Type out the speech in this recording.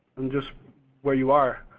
and just where you are.